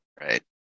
Right